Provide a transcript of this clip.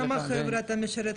עם כמה חבר'ה אתה משרת?